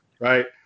right